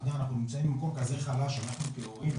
אנחנו נמצאים במקום כזה חרא שאנחנו כהורים,